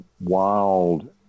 wild